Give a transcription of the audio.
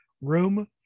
room